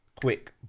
Quick